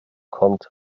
kommt